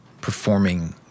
performing